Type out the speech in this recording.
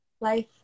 life